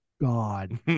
God